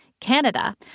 Canada